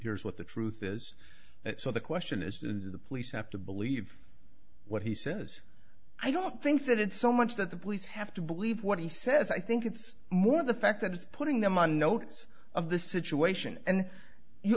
here's what the truth is so the question is do the police have to believe what he says i don't think that it's so much that the police have to believe what he says i think it's more the fact that it's putting them on notice of the situation and you